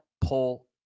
pull